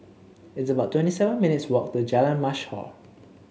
it's about twenty seven minutes' walk to Jalan Mashhor